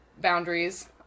boundaries